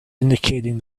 indicating